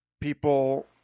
people